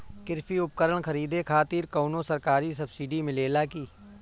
कृषी उपकरण खरीदे खातिर कउनो सरकारी सब्सीडी मिलेला की?